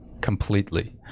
completely